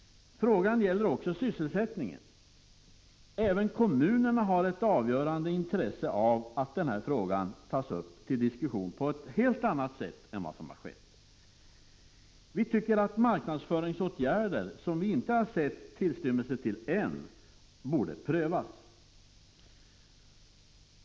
Frågan gäller också sysselsättningen. Även kommunerna har ett avgöran 12 december 1985 deintresse av att den här frågan tas upp till diskussion på ett helt annat sätt än vad som skett. Vi tycker att marknadsföringsåtgärder, som vi inte sett några tillstymmelser till, borde prövas.